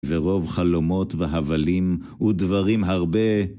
ורוב חלומות והבלים הוא דברים הרבה